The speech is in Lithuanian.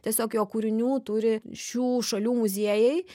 tiesiog jo kūrinių turi šių šalių muziejai